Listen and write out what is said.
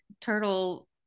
turtle